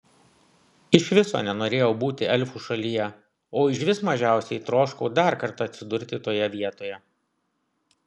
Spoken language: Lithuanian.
iš viso nenorėjau būti elfų šalyje o užvis mažiausiai troškau dar kartą atsidurti toje vietoje